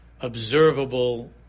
observable